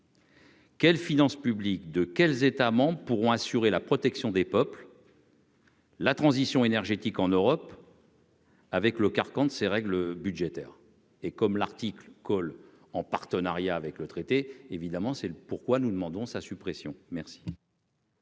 Quelle finances publiques de quels États pourront assurer la protection des peuples. La transition énergétique en Europe. Avec le carcan de ces règles budgétaires et comme l'article colle en partenariat avec le traité, évidemment, c'est pourquoi nous demandons sa suppression merci.